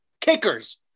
kickers